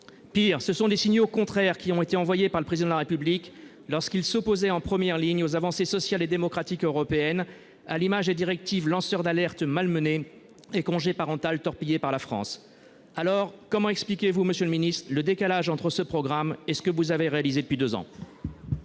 Pis, ce sont des signaux contraires qui ont été envoyés par le Président de la République lorsqu'il s'opposait en première ligne aux avancées sociales et démocratiques européennes, à l'image de la directive Lanceurs d'alerte malmenée et de la directive Congé parental torpillée par la France. Comment expliquez-vous, monsieur le ministre d'État, le décalage entre ce programme et ce que vous avez réalisé depuis deux ans ?